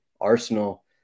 Arsenal